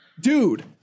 Dude